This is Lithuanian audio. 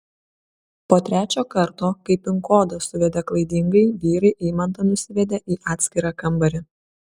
po trečio karto kai pin kodą suvedė klaidingai vyrai eimantą nusivedė į atskirą kambarį